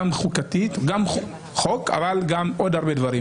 גם חוק אבל עוד הרבה דברים.